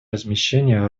размещения